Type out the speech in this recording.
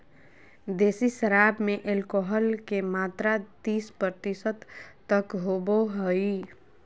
देसी शराब में एल्कोहल के मात्रा तीस प्रतिशत तक होबो हइ